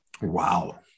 Wow